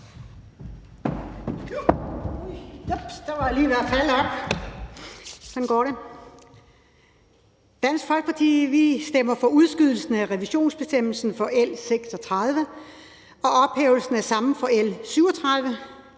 Dansk Folkeparti stemmer vi for udskydelsen af revisionsbestemmelsen i L 36 og for ophævelsen af samme i L 37.